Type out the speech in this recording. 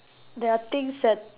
there are things that